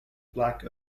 black